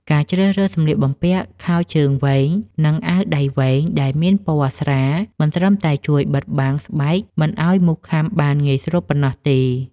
ការជ្រើសរើសសម្លៀកបំពាក់ខោជើងវែង និងអាវដៃវែងដែលមានពណ៌ស្រាល មិនត្រឹមតែជួយបិទបាំងស្បែកមិនឱ្យមូសខាំបានងាយស្រួលប៉ុណ្ណោះទេ។